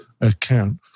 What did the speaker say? account